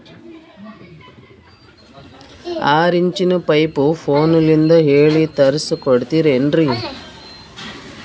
ಆರಿಂಚಿನ ಪೈಪು ಫೋನಲಿಂದ ಹೇಳಿ ತರ್ಸ ಕೊಡ್ತಿರೇನ್ರಿ?